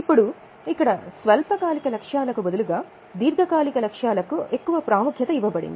ఇప్పుడు ఇక్కడ స్వల్పకాలిక లక్ష్యాలకు బదులుగా దీర్ఘకాలిక లక్ష్యాలకు ఎక్కువ ప్రాముఖ్యత ఇవ్వబడింది